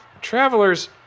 Travelers